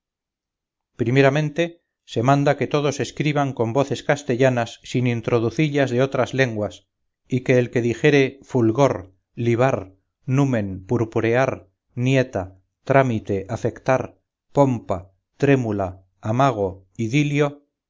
primeramente se manda que todos escriban con voces castellanas sin introducillas de otras lenguas y que el que dijere fulgor libar numen purpurear nieta trámite afectar pompa trémula amago idilio